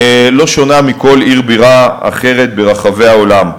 וירושלים אינה שונה מכל עיר בירה אחרת ברחבי העולם.